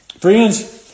Friends